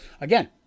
Again